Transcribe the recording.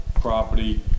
property